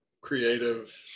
creative